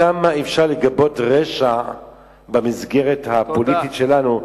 כמה אפשר לגבות רשע במסגרת הפוליטית שלנו,